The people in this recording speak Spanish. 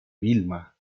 vilma